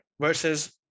versus